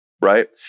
right